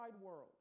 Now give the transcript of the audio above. world